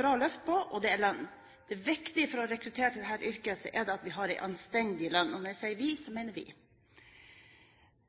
bra løft. Det er lønnen. Det er viktig for rekrutteringen til dette yrket at vi har en anstendig lønn. Og når jeg sier «vi», mener jeg vi. Så